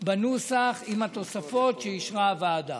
בנוסח עם התוספות שאישרה הוועדה.